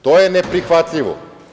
To je neprihvatljivo.